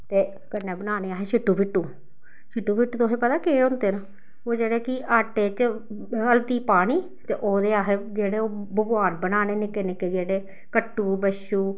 ते कन्नै बनाने असें सिट्टू पिट्टू सिट्टू पिट्टू तुसें गी पता केह् होंदे न ओह् जेह्ड़े कि आटे च हल्दी पानी ते ओह्दे असें जेह्ड़े ओह् भगवान बनाने निक्के निक्के जेह्ड़े कट्टू बच्छू